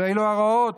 אלה ההוראות.